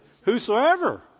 Whosoever